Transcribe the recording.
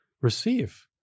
receive